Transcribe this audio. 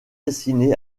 dessiné